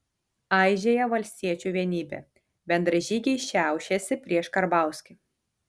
aižėja valstiečių vienybė bendražygiai šiaušiasi prieš karbauskį